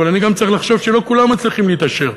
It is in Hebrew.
אבל אני גם צריך לחשוב שלא כולם מצליחים להתעשר.